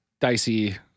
dicey